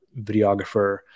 videographer